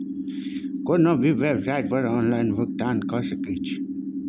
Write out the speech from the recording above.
कोनो भी बेवसाइट पर ऑनलाइन भुगतान कए सकैत छी